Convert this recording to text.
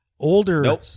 Older